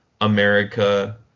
America